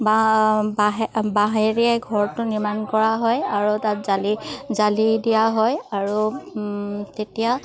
বা বাঁহে বাঁহেৰে ঘৰটো নিৰ্মাণ কৰা হয় আৰু তাত জালি জালি দিয়া হয় আৰু তেতিয়া